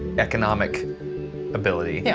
economic ability, yeah